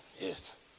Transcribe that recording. Yes